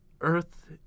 Earth